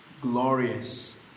glorious